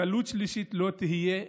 גלות שלישית לא תהיה,